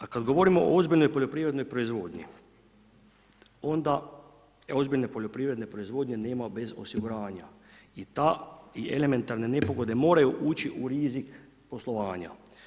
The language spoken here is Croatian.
A kad govorimo o ozbiljnoj poljoprivrednoj proizvodnji, onda ozbiljne poljoprivredne proizvodnje nema bez osiguranja i ta i elementarne nepogode moraju ući u rizik poslovanja.